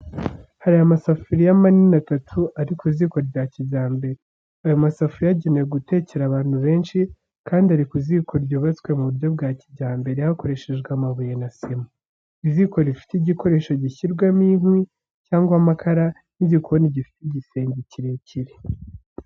Hari amasafuriya manini atatu ari ku ziko rya kijyambere. Ayo masafuriya agenewe gutekera abantu benshi, kandi ari ku ziko yubatswe mu buryo buhamye, hakoreshejwe amabuye na sima. Iziko rifite igikoresho gishyirwamo inkwi cyangwa amakara n'igikoni gifite igisenge kirekire.